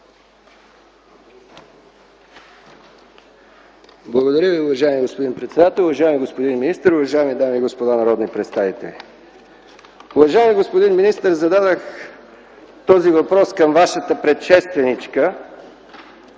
Благодаря Ви. Уважаеми господин председател, уважаеми господин министър, уважаеми дами и господа народни представители! Уважаеми господин министър, зададох този въпрос към Вашата предшественичка